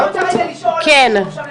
אני רוצה לשאול שאלה את האנשים.